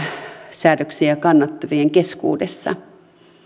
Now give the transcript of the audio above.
säädöksiä kannattavien keskuudessa